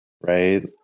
right